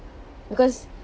because